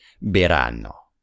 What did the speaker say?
verano